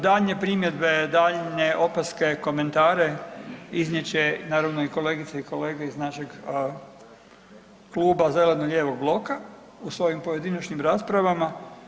Daljnje primjedbe, daljnje opaske, komentare iznijet će naravno kolegice i kolege iz našeg Kluba zeleno-lijevog bloka u svojim pojedinačnim raspravama.